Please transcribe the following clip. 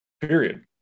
Period